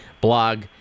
blog